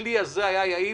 הכלי הזה היה יעיל,